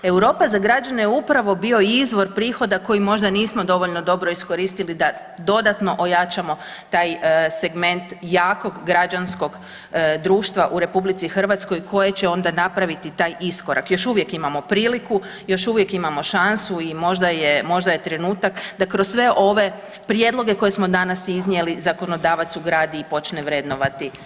Europa za građane je upravo bio izvor prihoda koji možda nismo dovoljno dobro iskoristili da dodatno ojačamo taj segment jakog građanskog društva u RH koje će onda napraviti taj iskorak, još uvijek imamo priliku, još uvijek imamo šansu i možda je trenutak da kroz sve ove prijedloge koje smo danas iznijeli, zakonodavac ugradi i počne vrednovati